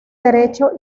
derecho